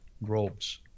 robes